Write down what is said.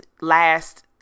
last